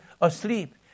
asleep